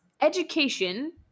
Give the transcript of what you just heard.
education